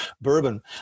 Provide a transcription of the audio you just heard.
bourbon